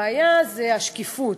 הבעיה היא השקיפות.